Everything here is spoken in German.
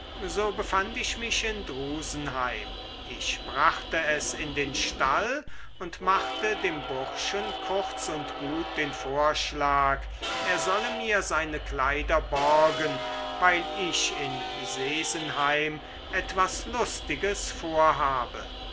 so befand ich mich in drusenheim ich brachte es in den stall und machte dem burschen kurz und gut den vorschlag er solle mir seine kleider borgen weil ich in sesenheim etwas lustiges vorhabe